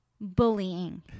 bullying